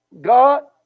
God